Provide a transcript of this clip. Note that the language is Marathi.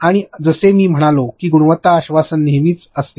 आणि जसे मी म्हणालो की गुणवत्ता आश्वासन नेहमीच असते